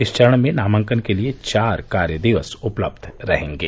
इस चरण में नामांकन के लिए चार कार्य दिवस उपलब्ध रहेंगे